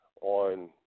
on